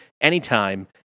anytime